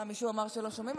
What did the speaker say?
מישהו אמר שלא שומעים?